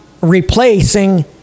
replacing